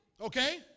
Okay